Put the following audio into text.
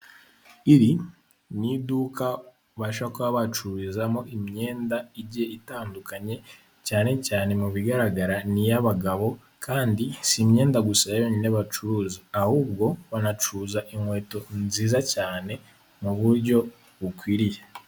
Iri ni iduka ubasha kuba bacururizamo imyenda ijyiye itandukanye, cyane cyane mu bigaragara ni iy'abagabo kandi si imyenda gusa yonyine bacuruza ahubwo banacuruza inkweto nziza cyane mu buryo bukwiriye.